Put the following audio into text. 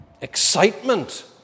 excitement